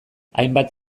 hainbat